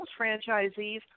franchisees